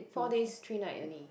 four days three night only